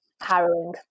harrowing